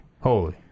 Holy